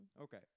Okay